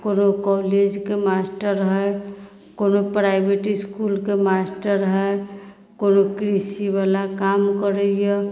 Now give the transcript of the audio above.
कोनो कॉलेजके मास्टर हइ कोनो प्राइभेट इस्कुलके मास्टर हइ कोनो कृषिवला काम करैए